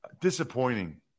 Disappointing